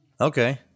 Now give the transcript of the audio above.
Okay